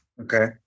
Okay